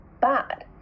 bad